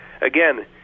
Again